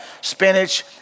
spinach